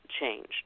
changed